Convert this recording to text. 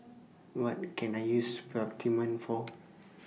What Can I use Peptamen For